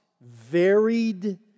varied